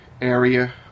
area